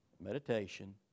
Meditation